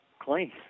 clean